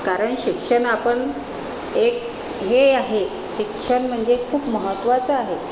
कारण शिक्षण आपण एक हे आहे शिक्षण म्हणजे खूप महत्वाचं आहे